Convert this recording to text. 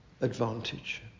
advantage